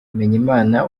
bimenyimana